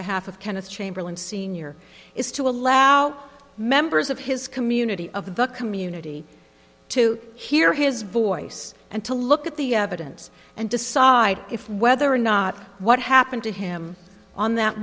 behalf of kenneth chamberlain sr is to allow members of his community of the community to hear his voice and to look at the evidence and decide if whether or not what happened to him on that